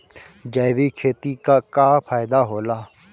जैविक खेती क का फायदा होला?